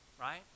right